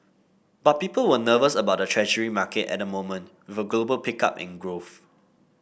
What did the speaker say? but people were nervous about the Treasury market at the moment with a global pickup in growth